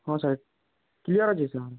ହଁ ସାର୍